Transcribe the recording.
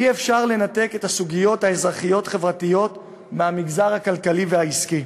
אי-אפשר לנתק את הסוגיות האזרחיות-חברתיות מהמגזר הכלכלי והעסקי,